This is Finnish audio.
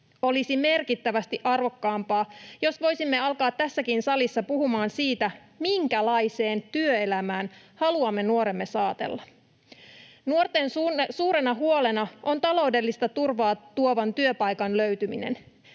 Olisi merkittävästi arvokkaampaa, jos voisimme alkaa tässäkin salissa puhumaan siitä, minkälaiseen työelämään haluamme nuoremme saatella. Nuorten suurena huolena on taloudellista turvaa tuovan työpaikan löytyminen.